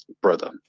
brother